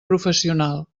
professional